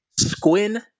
squin